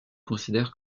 considère